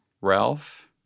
Ralph